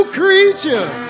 creature